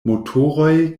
motoroj